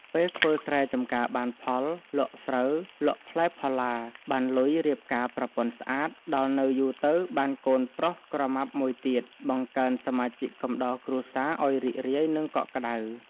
ពេលធ្វើស្រែចំការបានផល លក់ស្រូវ លក់ផ្លែផល្លា បានលុយរៀបការប្រពន្ធស្អាត ដល់នៅយូរទៅ បានកូនប្រុសក្រមាប់មួយទៀត បង្កើនសមាជិកកំដរគ្រួសារឱ្យរីករាយ និងកក់ក្តៅ។